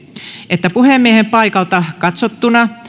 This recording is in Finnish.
että puhemiehen paikalta katsottuna